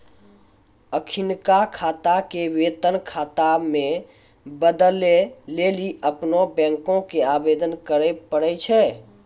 अखिनका खाता के वेतन खाता मे बदलै लेली अपनो बैंको के आवेदन करे पड़ै छै